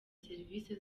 serivisi